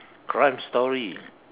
crime story